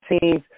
teams